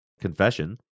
confession